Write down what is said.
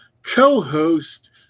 co-host